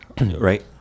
right